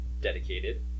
dedicated